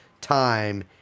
time